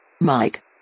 Mike